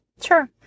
Sure